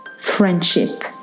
friendship